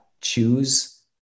choose